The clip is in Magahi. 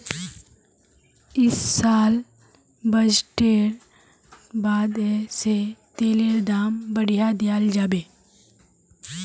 इस साल बजटेर बादे से तेलेर दाम बढ़ाय दियाल जाबे